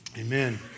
Amen